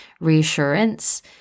reassurance